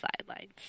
sidelines